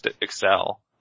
excel